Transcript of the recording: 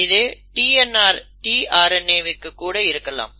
இது tRNAக்கு கூட இருக்கலாம்